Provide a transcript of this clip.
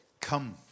Come